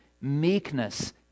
meekness